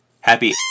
Happy